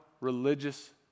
religious